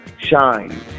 shine